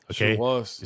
Okay